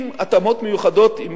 עם התאמות מיוחדות, אם